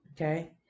okay